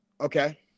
okay